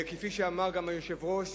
כפי שאמר גם היושב-ראש,